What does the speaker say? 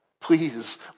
Please